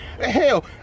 Hell